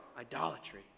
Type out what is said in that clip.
idolatry